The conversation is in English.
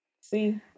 See